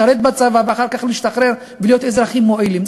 לשרת בצבא ואחר כך להשתחרר ולהיות אזרחים מועילים,